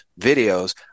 videos